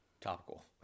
Topical